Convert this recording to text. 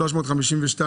הצבעה אושר.